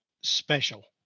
special